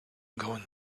going